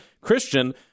Christian